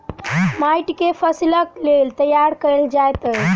माइट के फसीलक लेल तैयार कएल जाइत अछि